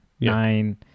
Nine